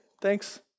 thanks